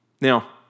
Now